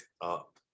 up